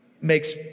makes